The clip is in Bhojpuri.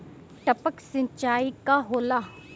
टपक सिंचाई का होला?